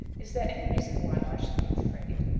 is there any reason why i should be afraid?